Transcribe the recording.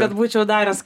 kad būčiau daręs